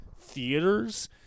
theaters